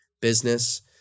business